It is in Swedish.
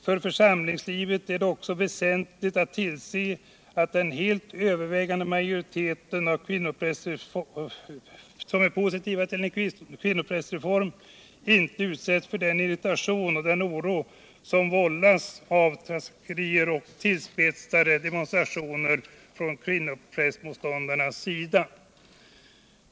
För församlingslivet är det också väsentligt att man ser till att den helt övervägande majoriteten av medlemmarna i svenska kyrkan, som ställer sig positiv till kvinnoprästreformen, inte utsätts för den irritation och den oro som vållas av trakasserier eller tillspetsade demonstrationer från kvinnoprästmotståndarna.